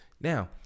now